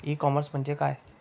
E commerce म्हणजे काय?